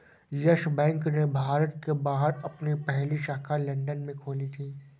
yes Bank ने भारत के बाहर अपनी पहली शाखा लंदन में खोली थी